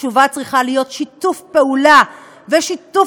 התשובה צריכה להיות שיתוף פעולה ושיתוף